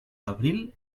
abril